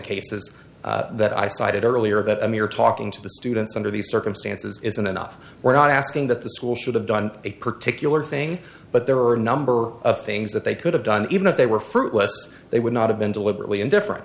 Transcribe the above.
cases that i cited earlier that i mean are talking to the students under these circumstances isn't enough we're not asking that the school should have done a particular thing but there are a number of things that they could have done even if they were fruitless they would not have been deliberately indifferent